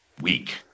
weak